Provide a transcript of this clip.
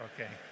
okay